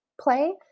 play